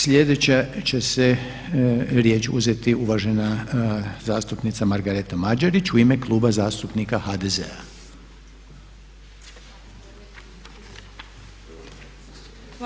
Sljedeća će se, riječ uzeti uvažena zastupnica Margareta Mađerić u ime Kluba zastupnika HDZ-a.